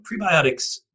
prebiotics